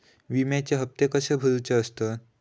विम्याचे हप्ते कसे भरुचे असतत?